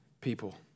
people